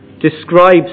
describes